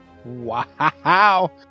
Wow